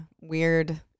weird